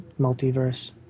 multiverse